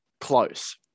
close